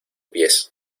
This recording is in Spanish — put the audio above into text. pies